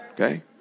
Okay